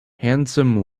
handsome